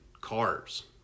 cars